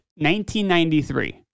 1993